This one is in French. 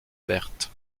verte